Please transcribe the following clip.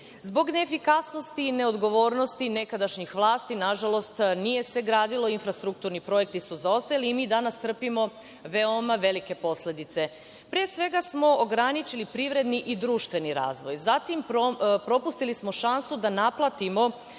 veći. Zbog neefikasnosti i neodgovornosti nekadašnjih vlasti, nažalost, nije se gradilo, infrastrukturni projekti su zaostajali i mi danas trpimo veoma velike posledice. Pre svega smo ograničili privredni i društveni razvoj. Zatim, propustili smo šansu da naplatimo,